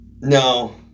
No